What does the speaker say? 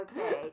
Okay